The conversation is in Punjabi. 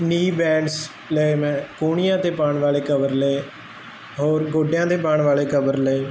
ਨੀ ਬੈਂਡਸ ਲਏ ਮੈਂ ਕੂਹਣੀਆਂ ਤੇ ਪਾਣ ਵਾਲੇ ਕਵਰ ਲਏ ਹੋਰ ਗੋਡਿਆਂ ਦੇ ਪਾਣ ਵਾਲੇ ਕਵਰ ਲਏ